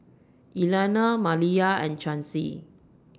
Elianna Maliyah and Chauncy